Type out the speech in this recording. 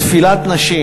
תפילת נשים